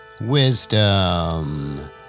Wisdom